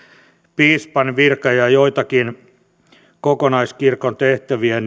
piispan virka ja joitakin kokonaiskirkon tehtäviä